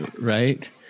Right